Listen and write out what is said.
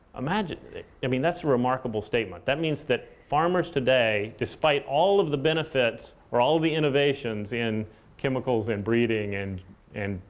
and mean, that's a remarkable statement. that means that farmers today, despite all of the benefits or all the innovations in chemicals and breeding and and